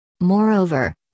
Moreover